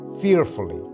fearfully